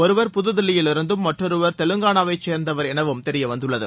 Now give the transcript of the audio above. ஒருவர் புதுதில்லியில் இருந்தும் மற்றொருவருர் தெலங்கானாவை சேர்ந்தவர் எனவும் தெரியவந்துள்ளது